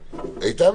איתן,